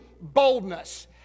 boldness